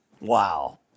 Wow